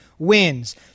wins